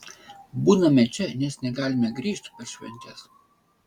būname čia nes negalime grįžt per šventes